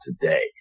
today